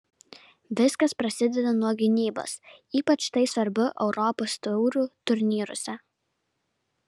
viskas prasideda nuo gynybos ypač tai svarbu europos taurių turnyruose